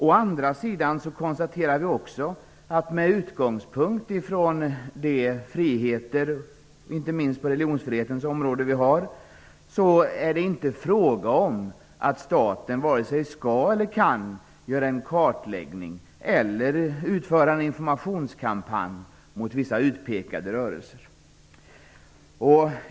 Å andra sidan konstaterar utskottet också att med utgångspunkt ifrån de friheter som finns, inte minst på religionsfrihetens område, är det inte fråga om att staten vare sig skall eller kan göra en kartläggning eller utföra en informationskampanj mot vissa utpekade rörelser.